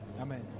Amen